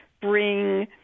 bring